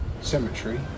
cemetery